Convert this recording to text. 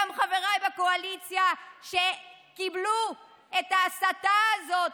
גם חבריי בקואליציה שקיבלו את ההסתה הזאת,